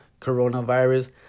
coronavirus